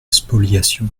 spoliation